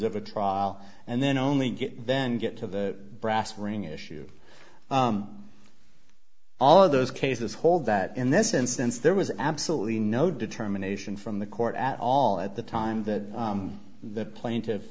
of a trial and then only get then get to the brass ring issue all of those cases hold that in this instance there was absolutely no determination from the court at all at the time that the plaint